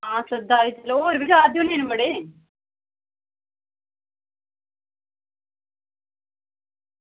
आं होर बी जा दे होने बड़े